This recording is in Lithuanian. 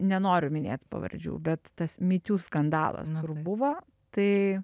nenoriu minėt pavardžių bet tas my tiu skandalas kur buvo tai